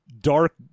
dark